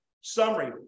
summary